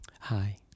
Hi